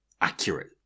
accurate